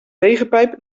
regenpijp